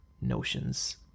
notions